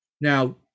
Now